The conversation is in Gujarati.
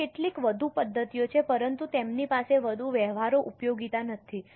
ત્યાં કેટલીક વધુ પદ્ધતિઓ છે પરંતુ તેમની પાસે વધુ વ્યવહારુ ઉપયોગિતા નથી